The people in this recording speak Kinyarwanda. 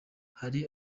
hari